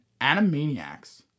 Animaniacs